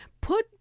put